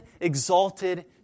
exalted